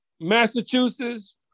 Massachusetts